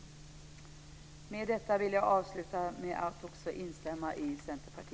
Med detta vill jag avsluta med att instämma i